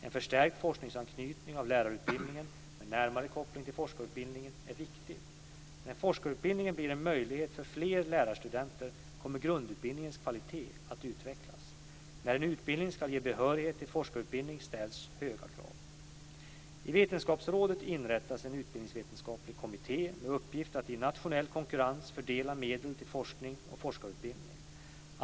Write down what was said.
En förstärkt forskningsanknytning av lärarutbildningen med närmare koppling till forskarutbildningen är viktig. När forskarutbildning blir en möjlighet för fler lärarstudenter kommer grundutbildningens kvalitet att utvecklas. När en utbildning ska ge behörighet till forskarutbildning ställs höga krav. I Vetenskapsrådet inrättas en utbildningsvetenskaplig kommitté med uppgift att i nationell konkurrens fördela medel till forskning och forskarutbildning.